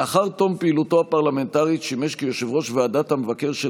לאחר תום פעילותו הפרלמנטרית שימש כיושב-ראש ועדת המבקר של